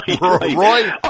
Roy